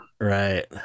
right